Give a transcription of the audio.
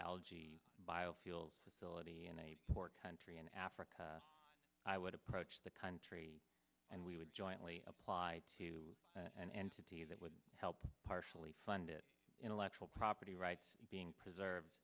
algae biofuels ability in a poor country in africa i would approach the country and we would jointly applied to an entity that would help partially funded intellectual property rights being preserve